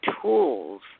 tools